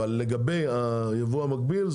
לגבי היבוא המקביל,